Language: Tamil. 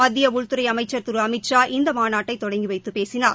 மத்திய உள்துறை அமைச்சர் திரு அமித்ஷா இந்த மாநாட்டை தொடங்கி வைத்து பேசினார்